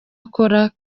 akora